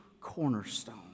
cornerstone